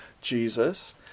Jesus